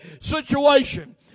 situation